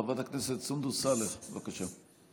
חברת הכנסת סונדוס סאלח, בבקשה.